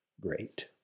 great